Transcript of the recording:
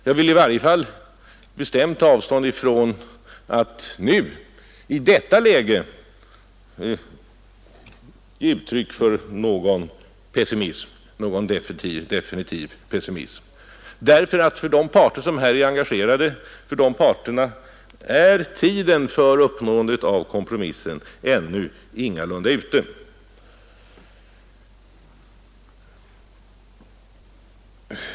Jag vill i varje fall bestämt ta avstånd från tanken att nu, i detta läge, ge uttryck för någon definitiv pessimism. För de parter som här är engagerade är tiden för uppnåendet av kompromissen ännu ingalunda ute.